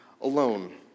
alone